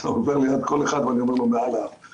אז אתה עובר ליד כל אחד ואני אומר לו למה.